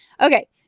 Okay